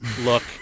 look